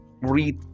Read